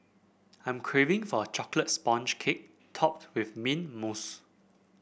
I am craving for a chocolate sponge cake topped with mint mousse